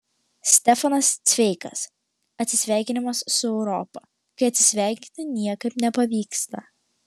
stefanas cveigas atsisveikinimas su europa kai atsisveikinti niekaip nepavyksta